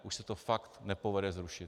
Už se to pak nepovede zrušit.